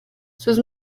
sus